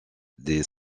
des